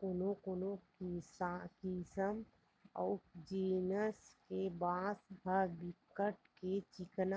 कोनो कोनो किसम अऊ जिनिस के बांस ह बिकट के चिक्कन